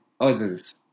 others